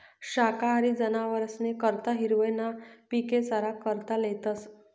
शाकाहारी जनावरेस करता हिरवय ना पिके चारा करता लेतस